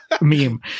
meme